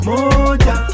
Moja